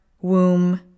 womb